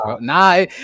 nah